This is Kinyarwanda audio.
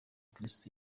kristo